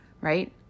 right